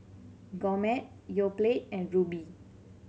Gourmet Yoplait and Rubi